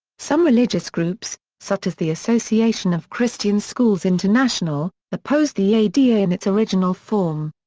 some religious groups, such as the association of christian schools international, opposed the ada in its original form.